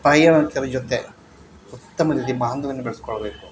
ಪ್ರಯಾಣಿಕರ ಜೊತೆ ಉತ್ತಮ ರೀತಿ ಬಾಂಧವ್ಯನನ್ನ ಬೆಳೆಸ್ಕೊಳ್ಬೇಕು